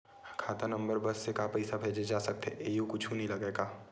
खाता नंबर बस से का पईसा भेजे जा सकथे एयू कुछ नई लगही का?